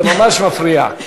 זה ממש מפריע.